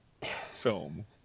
film